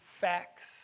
facts